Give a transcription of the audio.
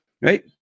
Right